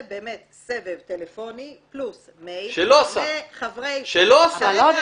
באמת סבב טלפוני פלוס מייל --- שלא עשה.